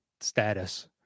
status